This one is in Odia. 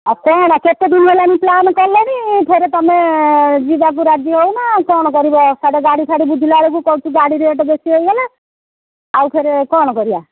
ଆଉ କ'ଣ କେତେ ଦିନି ହେଲାଣି ପ୍ଲାନ୍ କଲେଣି ଫେରେ ତମେ ଯିବାକୁ ରାଜି ହେଉନ କ'ଣ କରିବ ସିଆଡ଼େ ଗାଡ଼ି ଫାଡ଼ି ବୁଝିଲା ବେଳକୁ କହୁଛୁ ଗାଡ଼ି ରେଟ୍ ବେଶୀ ହୋଇଗଲା ଆଉ ଫେରେ କ'ଣ କରିବା